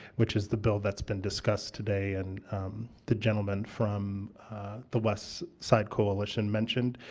which is the bill that's been discussed today and the gentleman from the west side coalition mentioned,